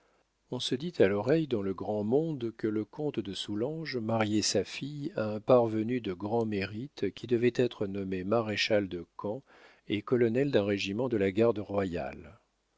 on se dit à l'oreille dans le grand monde que le comte de soulanges mariait sa fille à un parvenu de grand mérite qui devait être nommé maréchal-de-camp et colonel d'un régiment de la garde royale